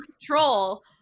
control